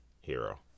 hero